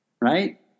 right